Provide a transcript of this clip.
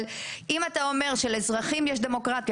אבל אם אתה אומר שלאזרחים יש דמוקרטיה